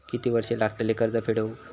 किती वर्षे लागतली कर्ज फेड होऊक?